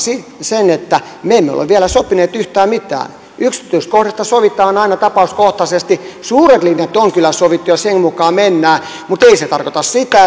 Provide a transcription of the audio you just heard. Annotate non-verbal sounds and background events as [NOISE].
sen että me emme ole ole vielä sopineet yhtään mitään yksityiskohdista sovitaan aina tapauskohtaisesti suuret linjat on kyllä sovittu ja sen mukaan mennään mutta ei se tarkoita sitä [UNINTELLIGIBLE]